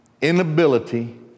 inability